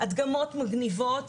הדגמות מגניבות,